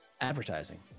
advertising